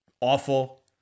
awful